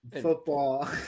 football